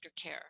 aftercare